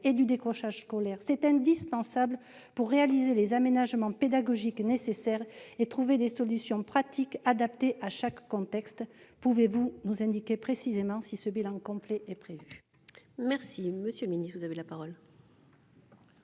et du décrochage scolaire. C'est indispensable pour réaliser les aménagements pédagogiques nécessaires et trouver des solutions pratiques adaptées à chaque contexte. Pouvez-vous nous indiquer si ce bilan complet est prévu ? La parole est à M. le ministre. Madame la sénatrice,